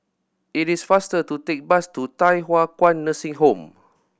it is faster to take the bus to Thye Hua Kwan Nursing Home